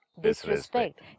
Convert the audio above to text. disrespect